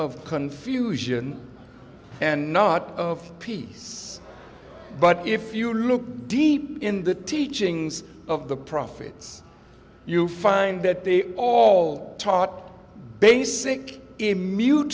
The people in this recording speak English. of confusion and not of peace but if you look deep in the teachings of the prophets you find that they all taught basic